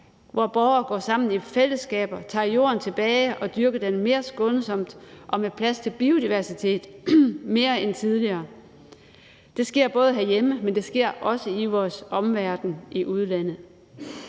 hvor borgere går sammen i fællesskaber og tager jorden tilbage og dyrker den mere skånsomt og med plads til biodiversitet, mere end tidligere. Det sker både herhjemme, men det sker også i vores omverden, i udlandet.